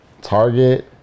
Target